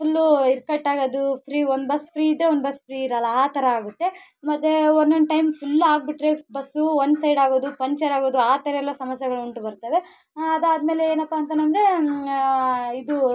full ಇದು ಕಟ್ಟಾಗೋದು free ಒಂದು ಬಸ್ ಫ್ರೀ ಇದ್ರೆ ಒಂದು ಬಸ್ ಫ್ರೀ ಇರೋಲ್ಲ ಆ ಥರ ಆಗುತ್ತೆ ಮತ್ತೆ ಒಂದೊಂದು ಟೈಮ್ ಫುಲ್ ಆಗಿಬಿಟ್ರೆ ಬಸ್ಸು ಒಂದು ಸೈಡ್ ಆಗೋದು ಪಂಚರ್ ಆಗೋದು ಆ ಥರಯೆಲ್ಲ ಸಮಸ್ಯೆಗಳು ಉಂಟು ಬರ್ತವೆ ಅದು ಆದಮೇಲೆ ಏನಪ್ಪ ಅಂತಾನಂದ್ರೇ ಇದು